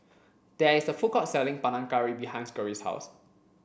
there is a food court selling Panang Curry behind Geri's house